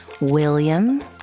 William